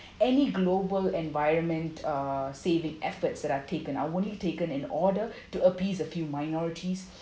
any global environment uh say the efforts that are taken are only taken in order to appease a few minorities